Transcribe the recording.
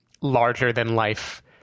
larger-than-life